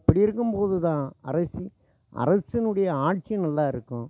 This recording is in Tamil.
இப்படி இருக்கும்போது தான் அரசி அரசுனுடைய ஆட்சி நல்லா இருக்கும்